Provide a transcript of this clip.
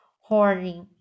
horny